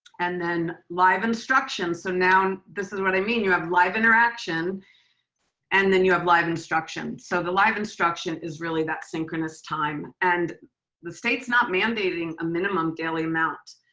and then live instruction. so now this is what i mean. you have live interaction and then you have live instruction. so the live instruction is really that synchronous time, and the state is not mandating a minimum daily amount,